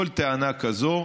כל טענה כזו,